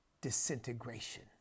disintegration